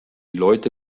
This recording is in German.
leute